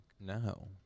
no